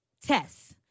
tests